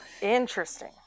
Interesting